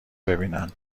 ببینن